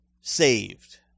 saved